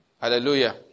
Hallelujah